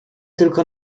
tylko